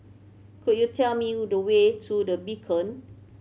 could you tell me the way to The Beacon